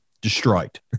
destroyed